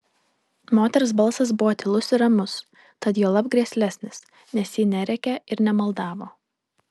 moters balsas buvo tylus ir ramus tad juolab grėslesnis nes ji nerėkė ir nemaldavo